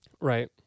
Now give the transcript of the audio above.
Right